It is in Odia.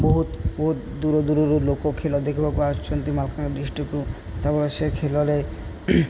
ବହୁତ ବହୁତ ଦୂର ଦୂରରୁ ଲୋକ ଖେଳ ଦେଖିବାକୁ ଆସୁଛନ୍ତି ମାଲକାନଗିରି ଡିଷ୍ଟ୍ରିକ୍ଟକୁ ତା'ପରେ ସେ ଖେଳରେ